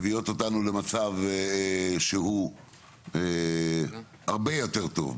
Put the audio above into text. מביאות אותנו למצב שהוא הרבה יותר טוב,